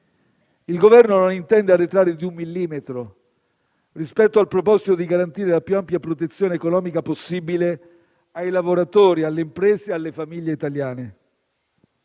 Il Governo non intende arretrare di un millimetro rispetto al proposito di garantire la più ampia protezione economica possibile ai lavoratori, alle imprese e alle famiglie italiane.